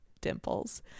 Dimples